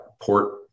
port